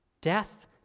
Death